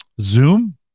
Zoom